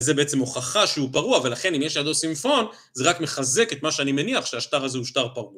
זו בעצם הוכחה שהוא פרוע, ולכן אם יש לידו סימפון, זה רק מחזק את מה שאני מניח שהשטר הזה הוא שטר פרוע.